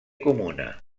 comuna